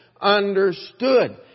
understood